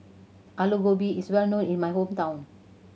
Aloo Gobi is well known in my hometown